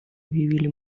объявили